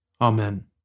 Amen